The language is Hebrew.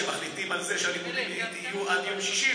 כשמחליטים על זה שהלימודים יהיו עד יום שישי,